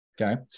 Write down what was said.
Okay